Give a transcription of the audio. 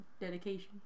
dedication